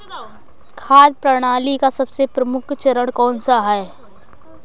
खाद्य प्रणाली का सबसे प्रमुख चरण कौन सा है?